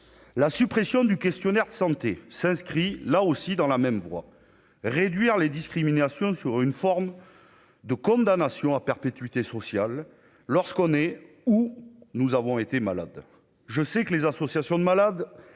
la suppression du questionnaire de santé s'inscrit là aussi dans la même voie, réduire les discriminations sous une forme de condamnation à perpétuité social lorsqu'on est, où nous avons été malade, je sais que les associations de malades